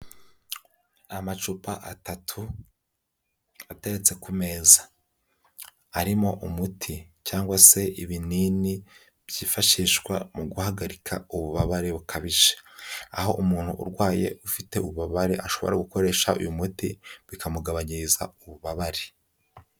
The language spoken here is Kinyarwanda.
Amacupa atatu, ateretse ku meza. Arimo umuti cyangwa se ibinini, byifashishwa mu guhagarika ububabare bukabije. Aho umuntu urwaye ufite ububabare, ashobora gukoresha uyu muti, bikamugabanyiriza ububabare.